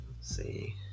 See